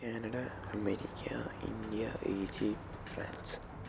Canada America India Egypt France